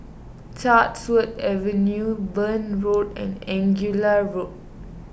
Chatsworth Avenue Burn Road and Angullia Road